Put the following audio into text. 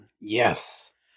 Yes